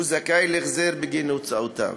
הוא זכאי להחזר בגין הוצאותיו.